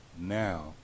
now